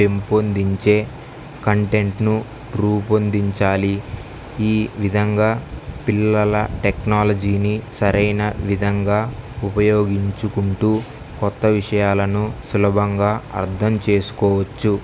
పెంపొందించే కంటెంట్ను రూపొందించాలి ఈ విధంగా పిల్లల టెక్నాలజీని సరైన విధంగా ఉపయోగించుకుంటూ కొత్త విషయాలను సులభంగా అర్థం చేసుకోవచ్చు